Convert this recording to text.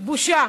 בושה.